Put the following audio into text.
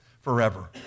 forever